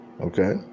Okay